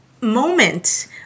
moment